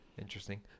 interesting